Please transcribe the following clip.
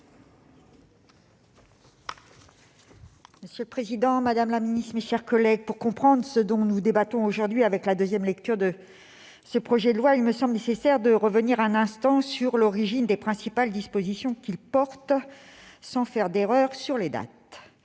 Monsieur le président, madame la ministre, mes chers collègues, pour comprendre ce dont nous débattons aujourd'hui en nouvelle lecture, il me semble nécessaire de revenir un instant sur l'origine des principales dispositions que comporte ce projet de loi, sans faire d'erreur sur les dates.